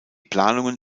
planungen